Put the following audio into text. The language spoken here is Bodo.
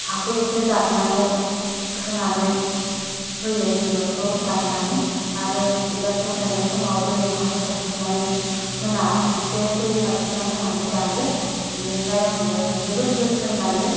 हाखौ इसे जाबनानै खोनानै होयो बिबारखौ गायनानै आरो बिबारखौ गायनाय समाव दै माहाय सारस्रिनानै होना इसे दै सारस्रिना होनानै गायो बिनिफ्राय आं बिबारखौ जोबोर जोथोन लायो